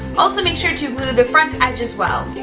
also make sure to glue the front edge as well.